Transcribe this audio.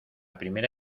primera